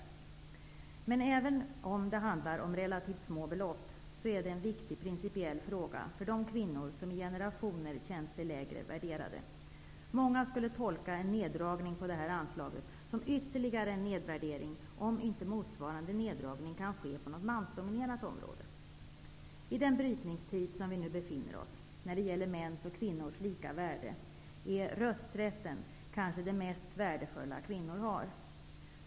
Men även om det handlar om relativt små belopp är detta en viktig principiell fråga för de kvinnor som i generationer känt sig lägre värderade. Många skulle tolka en neddragning av detta anslag som ytterligare en nedvärdering, om inte motsvarande neddragning kan ske på något mansdominerat område. I den brytningstid som vi nu befinner oss i när det gäller mäns och kvinnors lika värde är rösträtten kanske det mest värdefulla kvinnor har.